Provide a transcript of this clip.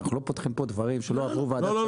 אנחנו לא פותחים פה דברים שלא עברו וועדת --- לא,